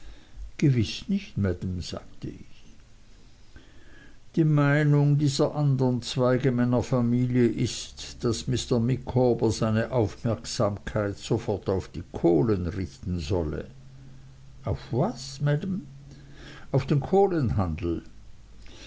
gewiß nicht maam sagte ich die meinung dieser andern zweige meiner familie ist daß mr micawber seine aufmerksamkeit sofort auf die kohlen richten solle auf was maam auf den